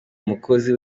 mukozi